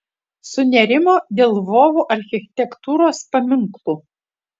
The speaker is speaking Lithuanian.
sunerimo dėl lvovo architektūros paminklų